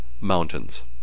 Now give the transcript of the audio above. mountains